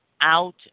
out